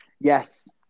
yes